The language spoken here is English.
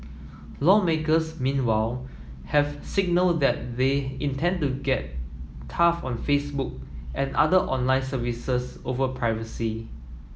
lawmakers meanwhile have signalled that they intend to get tough on Facebook and other online services over privacy